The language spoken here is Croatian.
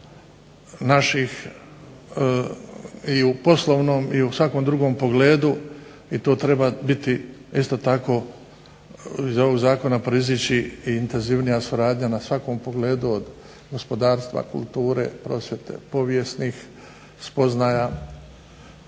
naših i u poslovnom i u svakom drugom pogledu i to treba biti isto tako iz ovog zakona proizići intenzivnija suradnja na svakom pogledu od gospodarstva, kulture, prosvjete, povijesnih spoznaja,